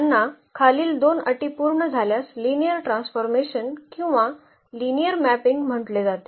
यांना खालील दोन अटी पूर्ण झाल्यास लिनिअर ट्रान्सफॉर्मेशन किंवा लिनिअर मॅपिंग म्हटले जाते